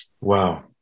Wow